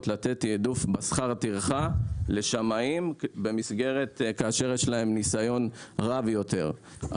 לתת תיעדוף בשכר הטרחה לשמאים כאשר יש להם ניסיון רב יותר,